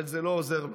אבל זה לא עוזר לו.